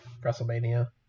WrestleMania